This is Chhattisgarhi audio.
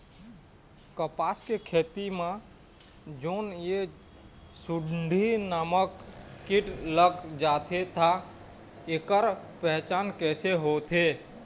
कपास के खेती मा जोन ये सुंडी नामक कीट लग जाथे ता ऐकर पहचान कैसे होथे?